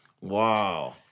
Wow